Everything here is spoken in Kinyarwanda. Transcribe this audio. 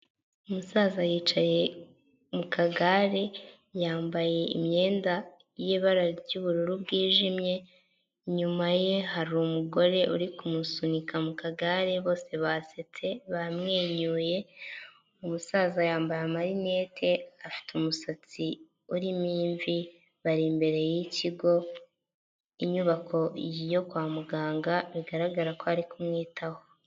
Umusaza yicaye mu kagare yambaye imyenda y'ibara ry'ubururu bwijimye inyuma ye harumu umugore uri kumusunika mu kagare bose basetse bamwenyuye umusaza yambaye amarinete afite umusatsi urimo imvi bari imbere y'ikigo inyubako yo kwa muganga bigaragara ko ari kumwitaho.